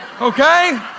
okay